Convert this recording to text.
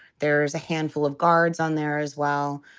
there's a handful of guards on there as well.